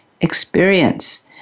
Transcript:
experience